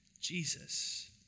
Jesus